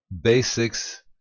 basics